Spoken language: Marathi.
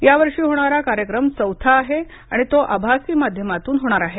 यावर्षी होणारा कार्यक्रम चौथा आहे आणि तो आभासी माध्यमातून होणार आहे